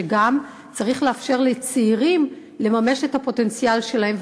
צריך לאפשר לצעירים לממש את הפוטנציאל שלהם.